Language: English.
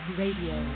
radio